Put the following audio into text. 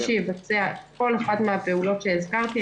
מי שיבצע כל אחת מהפעולות שהזכרתי,